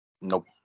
Nope